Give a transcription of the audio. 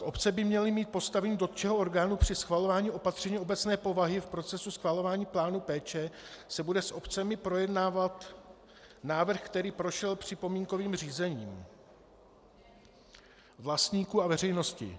Obce by měly mít postavení dotčeného orgánu při schvalování opatření obecné povahy, v procesu schvalování plánu péče se bude s obcemi projednávat návrh, který prošel připomínkovým řízením vlastníků a veřejnosti.